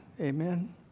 Amen